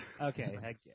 Okay